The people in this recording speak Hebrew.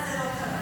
בהתחלה זה לא קרה.